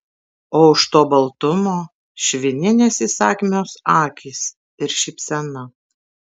o už to baltumo švininės įsakmios akys ir šypsena